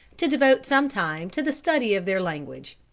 to devote some time to the study of their language.